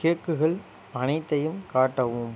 கேக்குகள் அனைத்தையும் காட்டவும்